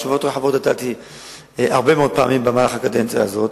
תשובות רחבות נתתי הרבה מאוד פעמים במהלך הקדנציה הזאת,